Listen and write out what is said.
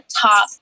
top